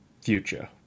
future